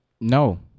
no